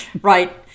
Right